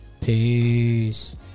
Peace